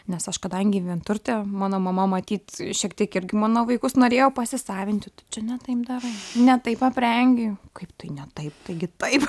nes aš kadangi vienturtė mano mama matyt šiek tiek irgi mano vaikus norėjo pasisavinti tu čia ne taip darai ne taip aprengi kaip tai ne taip taigi taip